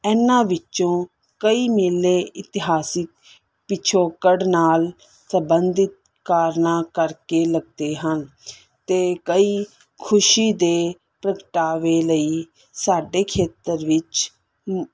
ਇਹਨਾਂ ਵਿੱਚੋਂ ਕਈ ਮੇਲੇ ਇਤਿਹਾਸਿਕ ਪਿਛੋਕੜ ਨਾਲ ਸੰਬੰਧਿਤ ਕਾਰਨਾਂ ਕਰਕੇ ਲੱਗਦੇ ਹਨ ਅਤੇ ਕਈ ਖੁਸ਼ੀ ਦੇ ਪ੍ਰਗਟਾਵੇ ਲਈ ਸਾਡੇ ਖੇਤਰ ਵਿੱਚ